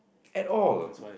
at all